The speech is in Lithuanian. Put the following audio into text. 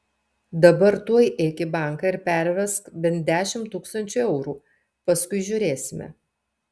dabar tuoj eik į banką ir pervesk bent dešimt tūkstančių eurų paskui žiūrėsime